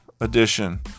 edition